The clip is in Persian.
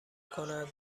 کنند